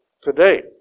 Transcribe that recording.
today